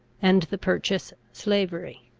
and the purchase slavery.